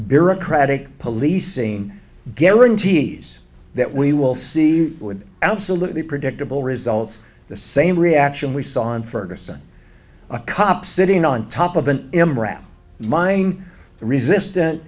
bureaucratic policing guarantees that we will see would absolutely predictable results the same reaction we saw in ferguson a cop sitting on top of an emerald mine resistant